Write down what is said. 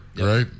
right